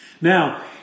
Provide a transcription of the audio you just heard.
Now